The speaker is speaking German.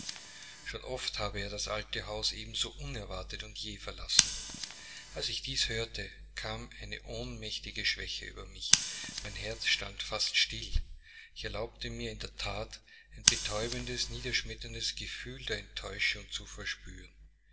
schon oft habe er das alte haus ebenso unerwartet und jäh verlassen als ich dies hörte kam eine ohnmächtige schwäche über mich mein herz stand fast still ich erlaubte mir in der that ein betäubendes niederschmetterndes gefühl der enttäuschung zu verspüren